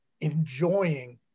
enjoying